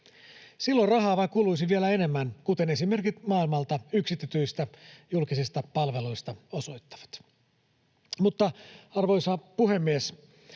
Silloin rahaa vain kuluisi vielä enemmän, kuten esimerkit maailmalta yksityistetyistä julkisista palveluista osoittavat. Mutta, arvoisa puhemies,